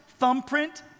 Thumbprint